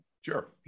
Sure